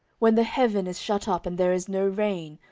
when the heaven is shut up, and there is no rain,